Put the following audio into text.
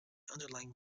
underlying